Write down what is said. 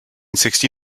sixty